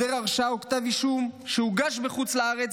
היעדר הרשעה או כתב אישום שהוגש בחוץ לארץ